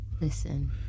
listen